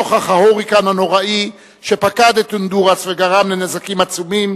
נוכח ההוריקן הנוראי שפקד את הונדורס וגרם נזקים עצומים,